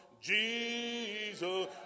Jesus